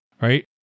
right